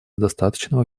достаточного